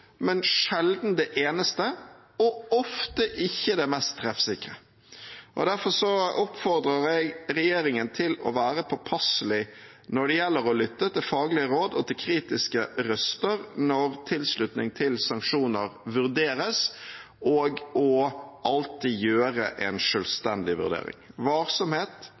men sjelden det eneste og ofte ikke det mest treffsikre. Derfor oppfordrer jeg regjeringen til å være påpasselig når det gjelder å lytte til faglige råd og til kritiske røster når tilslutning til sanksjoner vurderes, og til alltid å gjøre en selvstendig vurdering. Varsomhet,